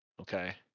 Okay